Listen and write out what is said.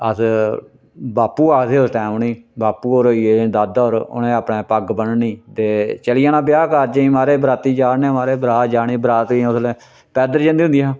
अस बापू आखदे हे उस टैम उ'नेंगी बापू होर होई गे दादा होर उनें अपनै पग्ग बन्ननी दे चली जाना ब्याह् कारजें च महाराज बराती जा ने महाराज बरात जानी उसलै बरात पैदल जदियां होंदियां हियां